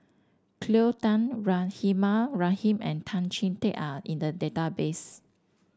Cleo Thang Rahimah Rahim and Tan Chee Teck are in the database